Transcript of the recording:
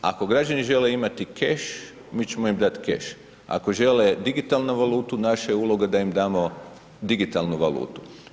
Ako građani žele imati keš, mi ćemo im dati keš, ako žele digitalnu valutu naša je uloga da im damo digitalnu valutu.